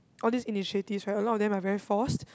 all these initiatives right a lot of them are very forced